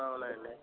అవునండి